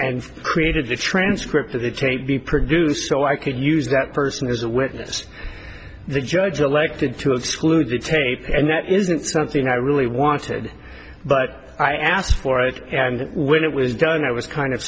and created the transcript of the change be produced so i could use that person is a witness the judge elected to exclude the tape and that isn't something i really wanted but i asked for it and when it was done i was kind of